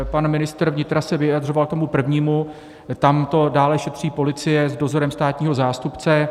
Pan ministr vnitra se vyjadřoval k tomu prvnímu, tam to dále šetří policie s dozorem státního zástupce.